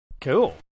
Cool